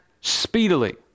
speedily